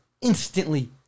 instantly